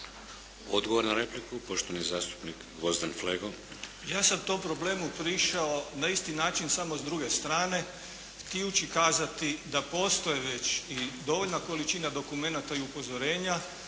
Odgovor na repliku poštovani zastupnik Gvozden Flego. **Flego, Gvozden Srećko (SDP)** Ja sam tom problemu prišao na isti način samo s druge strane htijući kazati da postoji već i dovoljna količina dokumenata i upozorenje